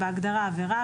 בהגדרה "עבירה",